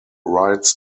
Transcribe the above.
rights